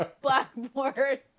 blackboard